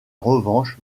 revanche